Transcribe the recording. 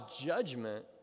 judgment